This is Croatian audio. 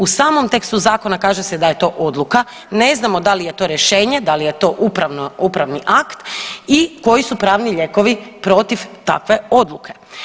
U samom tekstu zakona kaže se da je to odluka, ne znamo da li je to rješenje, da li je to upravno, upravni akt i koji su pravni lijekovi protiv takve odluke.